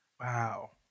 Wow